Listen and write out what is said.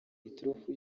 iturufu